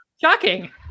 shocking